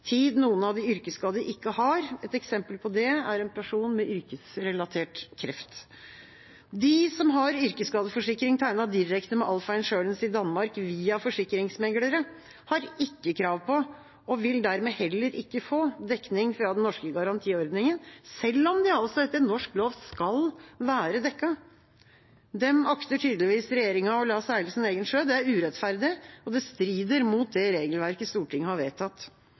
tid noen av de yrkesskadde ikke har. Ett eksempel på det er en person med yrkesrelatert kreft. De som har yrkesskadeforsikring tegnet direkte med Alpha Insurance i Danmark via forsikringsmeglere, har ikke krav på, og vil dermed heller ikke få, dekning fra den norske garantiordningen, selv om de altså etter norsk lov skal være dekket. Dem akter tydeligvis regjeringa å la seile sin egen sjø. Det er urettferdig, og det strider mot det regelverket Stortinget har vedtatt.